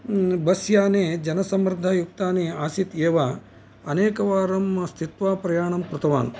bus याने जनसमृद्धयुक्तानि आसीत् एव अनेकवारं स्थित्वा प्रयाणं कृतवान्